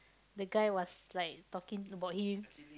the guy was like talking about him